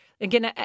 Again